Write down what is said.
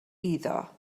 iddo